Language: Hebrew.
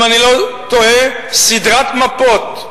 אם אני לא טועה, סדרת מפות,